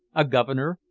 a governor,